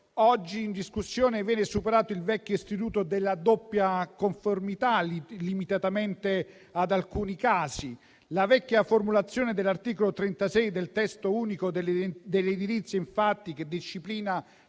oggi in discussione viene superato il vecchio istituto della doppia conformità, limitatamente ad alcuni casi. La vecchia formulazione dell'articolo 36 del testo unico dell'edilizia infatti, che disciplina